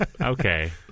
Okay